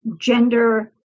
gender